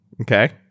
Okay